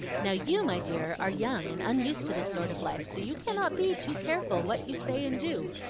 now, you, my dear, are young and unused to this sort of life so you cannot be too careful what you say and do,